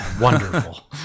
wonderful